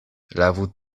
lavu